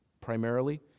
primarily